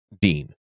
Dean